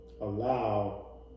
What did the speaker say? allow